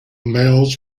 males